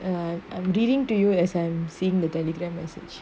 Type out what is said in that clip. uh I'm reading to you as an seeing the telegram message